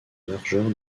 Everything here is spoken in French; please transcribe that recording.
largeur